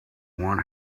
one